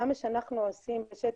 כמה שאנחנו עושים בשטח,